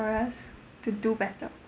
for us to do better